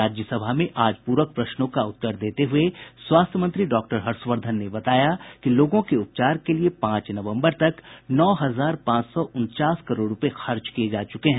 राज्यसभा में आज प्रक प्रश्नों का उत्तर देते हुए स्वास्थ्य मंत्री डॉक्टर हर्षवर्धन ने बताया कि लोगों के उपचार के लिए पांच नवम्बर तक नौ हजार पांच सौ उनचास करोड़ रूपये खर्च किये जा चुके हैं